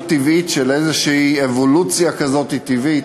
טבעית של איזו אבולוציה כזאת טבעית,